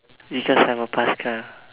because I'm a paskal